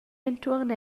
entuorn